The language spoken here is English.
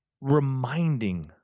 reminding